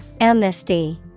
Amnesty